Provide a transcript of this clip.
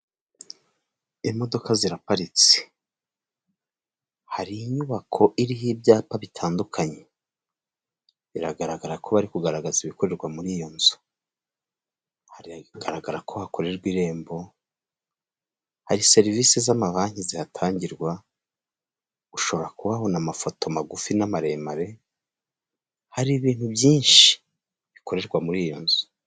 Imodoka ziraparitse, hari inyubako iriho ibyapa bitandukanye, biragaragara ko bari kugaragaza ibikorerwa muri iyo nzu, haragaragara ko hakorerwa irembo, hari serivisi z'amabanki zihatangirwa, ushobora kuhabona amafoto magufi n'amaremare, hari ibintu byinshi bikorerwa muri iyo nzu.